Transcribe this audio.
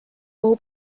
kuhu